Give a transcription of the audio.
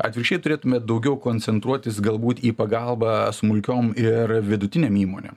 atvirkščiai turėtume daugiau koncentruotis galbūt į pagalbą smulkiom ir vidutinėm įmonėm